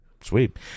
sweet